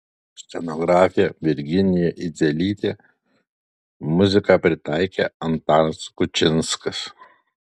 scenografė virginija idzelytė muziką pritaikė antanas kučinskas